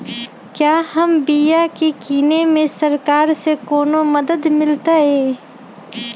क्या हम बिया की किने में सरकार से कोनो मदद मिलतई?